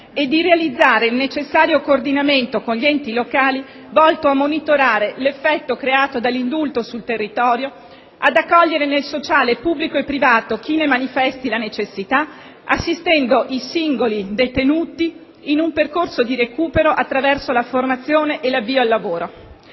e di realizzare il necessario coordinamento con gli enti locali, volto a monitorare l'effetto creato dall'indulto sul territorio, ad accogliere nel sociale pubblico e privato chi ne manifesta la necessità, assistendo i singoli detenuti in un percorso di recupero attraverso la formazione e l'avvio al lavoro;